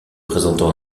présentant